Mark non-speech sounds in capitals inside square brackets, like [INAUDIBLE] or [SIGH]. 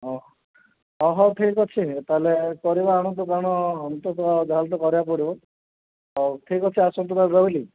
ହଉ ହଁ ହଉ ଠିକ୍ ଅଛି ତା'ହେଲେ କରିବା ଆଣନ୍ତୁ କାରଣ [UNINTELLIGIBLE] ଯାହା ହେଲେ ତ କରିବାକୁ ପଡ଼ିବ ହଉ ଠିକ୍ ଅଛି ଆସନ୍ତୁ ତା'ହେଲେ ରହିଲି